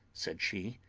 said she.